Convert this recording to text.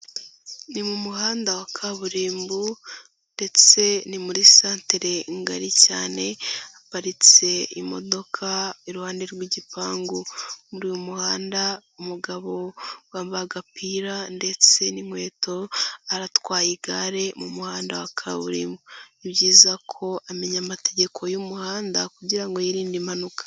Ni mu muhanda wa kaburimbo ndetse ni muri santere ngari cyane haparitse imodoka iruhande rw'igipangu. Muri uyu muhanda umugabo wambaye agapira ndetse n'inkweto, aratwaye igare mu muhanda wa kaburimbo. Ni byiza ko amenya amategeko y'umuhanda kugira ngo yirinde impanuka.